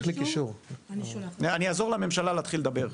אני אעזור לממשלה להתחיל דבר.